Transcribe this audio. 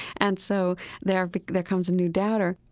and so there there comes a new doubter